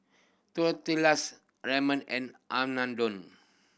Tortillas Ramen and Unadon